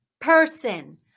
person